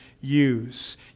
use